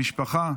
המשפחה,